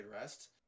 rest